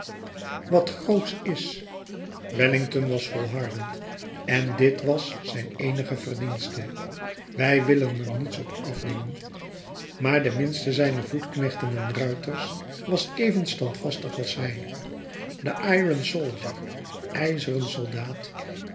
wat grootsch is wellington was volhardend en dit was zijn eenige verdienste wij willen er niets op afdingen maar de minste zijner voetknechten en ruiters was even standvastig als hij de iron soldier ijzeren soldaat